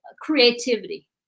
creativity